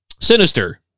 Sinister